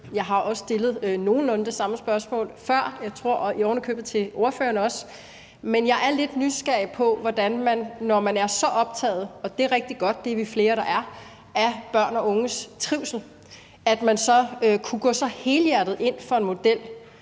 Jeg har også stillet nogenlunde det samme spørgsmål før, jeg tror ovenikøbet også til ordføreren. Men jeg er lidt nysgerrig på, hvordan SF, når man er så optaget af børn og unges trivsel – og det er rigtig godt, det er vi flere der er – så kunne gå så helhjertet ind for en model,